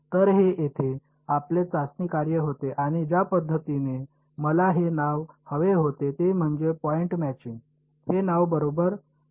तर हे येथे आपले चाचणी कार्य होते आणि ज्या पद्धतीने मला हे नाव हवे होते ते म्हणजे पॉईंट मॅचिंग हे नाव बरोबर बिंदू जुळण्यासारखे आहे